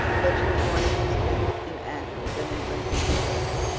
but she was more interested in anne than in drinking violets.